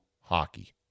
hockey